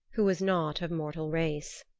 who was not of mortal race.